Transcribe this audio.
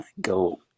go